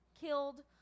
killed